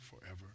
forever